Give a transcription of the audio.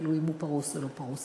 תלוי אם הוא פרוס או לא פרוס.